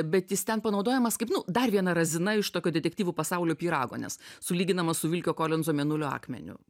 bet jis ten panaudojamas kaip nu dar viena razina iš tokio detektyvų pasaulio pyrago nes sulyginama su vilkio kolinzo mėnulio akmeniu